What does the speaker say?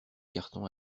carton